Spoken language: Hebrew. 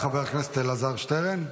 חבר הכנסת אלעזר שטרן.